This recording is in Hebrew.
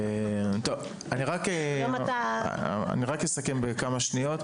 אני רק אסכם בכמה שניות.